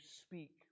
speak